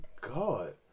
God